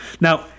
Now